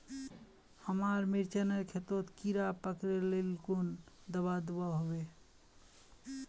हमार मिर्चन खेतोत कीड़ा पकरिले कुन दाबा दुआहोबे?